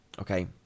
okay